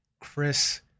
Chris